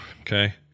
Okay